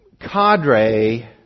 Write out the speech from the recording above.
cadre